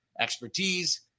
expertise